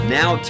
now